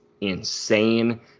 insane